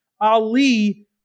Ali